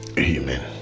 amen